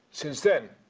since then,